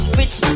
rich